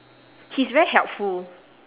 he's very helpful